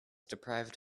deprived